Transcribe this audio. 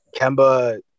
Kemba –